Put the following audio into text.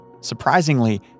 Surprisingly